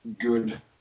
good